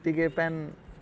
ଟିକେ ପାନ୍